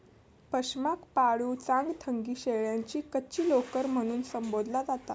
पशमाक पाळीव चांगथंगी शेळ्यांची कच्ची लोकर म्हणून संबोधला जाता